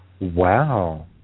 Wow